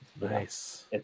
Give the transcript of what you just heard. Nice